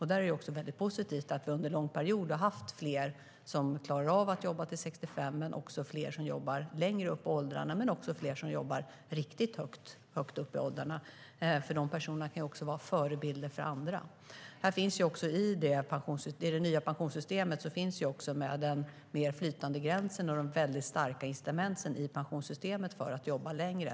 Det är positivt att vi sedan lång tid har fler som klarar av att jobba till 65 men också fler som jobbar längre upp i åldrarna. Det finns även fler som jobbar riktigt högt upp i åldrarna. Dessa kan vara förebilder för andra. I det nya pensionssystemet finns den mer flytande gränsen och de starka incitamenten för att jobba längre.